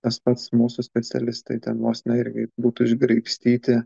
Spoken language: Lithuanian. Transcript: tas pats mūsų specialistai ten vos ne irgi būtų išgraibstyti